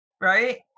right